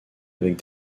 avec